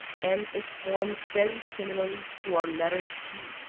and is formed very similarly to our letter t,